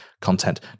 content